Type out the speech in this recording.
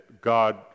God